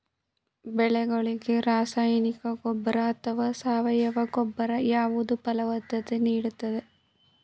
ಬೆಳೆಗಳಿಗೆ ರಾಸಾಯನಿಕ ಗೊಬ್ಬರ ಅಥವಾ ಸಾವಯವ ಗೊಬ್ಬರ ಯಾವುದು ಫಲವತ್ತತೆ ನೀಡುತ್ತದೆ?